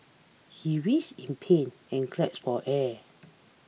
he writhed in pain and gasped for air